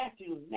Matthew